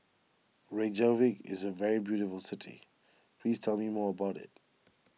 Reykjavik is a very beautiful city please tell me more about it